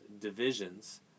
divisions